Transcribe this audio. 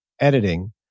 editing